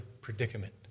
predicament